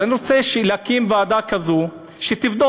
אז אני רוצה שיקימו ועדה כזו שתבדוק.